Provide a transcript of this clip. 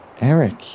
Eric